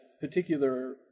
particular